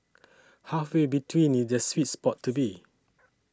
halfway between is the sweet spot to be